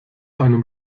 einem